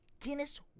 Guinness